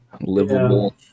livable